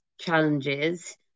challenges